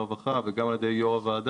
והרווחה פה וגם על ידי יו"ר הוועדה,